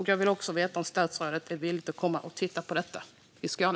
Jag vill också veta om statsrådet är villig att komma och titta på detta i Skåne.